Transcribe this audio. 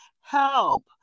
Help